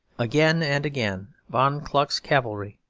again and again von kluck's cavalry,